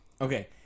Okay